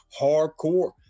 Hardcore